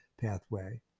pathway